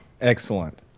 excellent